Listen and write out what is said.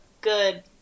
good